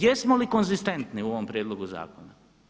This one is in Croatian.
Jesmo li konzistentni u ovom prijedlogu zakona?